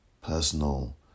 personal